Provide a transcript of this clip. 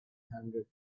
hundred